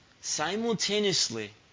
simultaneously